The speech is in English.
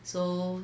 so